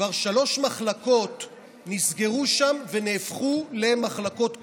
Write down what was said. כבר שלוש מחלקות נסגרו שם ונהפכו למחלקות קורונה.